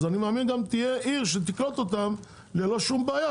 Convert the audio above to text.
אז אני מאמין שגם תהיה עיר שתקלוט אותם ללא שום בעיה,